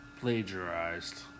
plagiarized